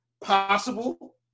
possible